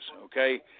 Okay